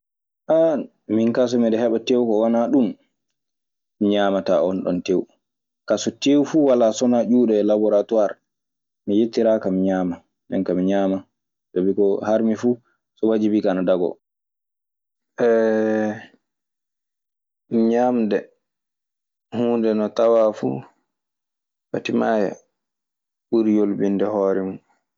minkaa so miɗe heɓa tew so wanaa ɗum, mi ñaamataa on ɗoo tew ka. So tew fuu walaa so wanaa ñoɗo e laboratoire mi yettiraaka mi ñaaman. Nden kaa mi ñaman sabi ko harmi fuu wajibiike ana dagoo. Ñaamde huunde no tawaa fu fati maayaa ɓuri yolbinde hoore mun.